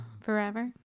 Forever